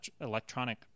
electronic